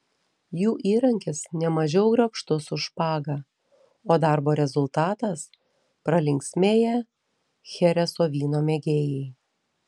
jų įrankis nemažiau grakštus už špagą o darbo rezultatas pralinksmėję chereso vyno mėgėjai